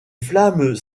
flammes